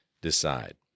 decide